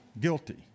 guilty